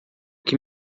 que